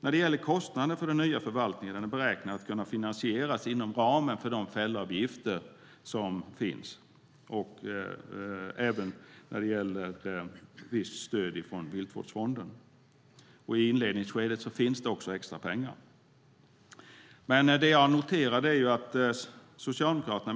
När det gäller kostnaden för den nya förvaltningen beräknas den kunna finansieras inom ramen för de fällavgifter som finns och även med visst stöd från Viltvårdsfonden. I inledningsskedet finns det också extrapengar. Det jag noterar är att Socialdemokraterna